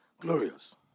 Glorious